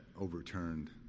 overturned